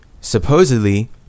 supposedly